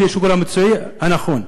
לפי השיקול המקצועי הנכון.